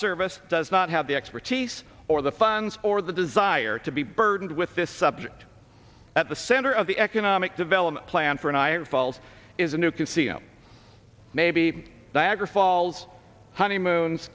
service does not have the expertise or the funds or the desire to be burdened with this subject at the center of the economic development plan for an iron falls is a new casino maybe the agra falls honeymoons